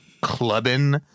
clubbing